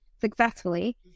successfully